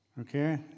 Okay